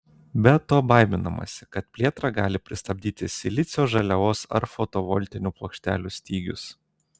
be to baiminamasi kad plėtrą gali pristabdyti silicio žaliavos ar fotovoltinių plokštelių stygius